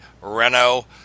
Renault